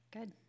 Good